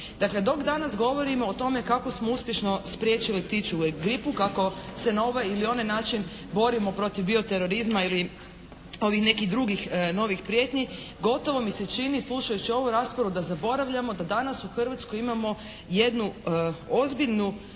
Dakle dok danas govorimo o tome kako smo uspješno spriječi ptičju gripu, kako se na ovaj ili onaj način borimo protiv bioterorizma ili ovih nekih drugih novih prijetnji, gotovo mi se čini slušajući ovu raspravu da zaboravljamo da danas u Hrvatskoj imamo jednu ozbiljnu